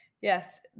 Yes